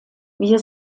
wir